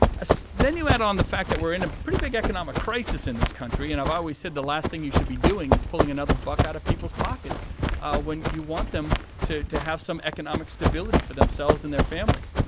ah so then you add on the facts that we're in a pretty big economic crisis in this country. and i've always said the last thing you should be doing is pulling another buck out of people's pockets when you want them to to have some economic stability for them and their families.